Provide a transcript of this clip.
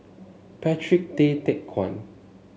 Patrick Tay Teck Guan